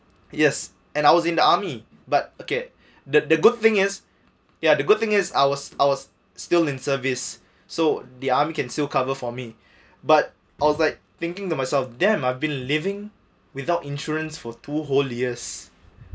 yes and I was in the army but okay the the good thing is ya the good thing is I was I was still in service so the army can still cover for me but I was like thinking to myself damn I've been living without insurance for two whole years